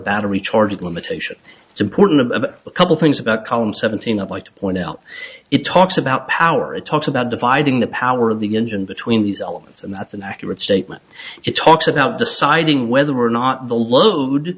battery charge limitation important a couple things about column seventeen i'd like to point out it talks about power it talks about dividing the power of the engine between these elements and that's an accurate statement it talks about deciding whether or not the load